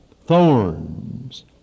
Thorns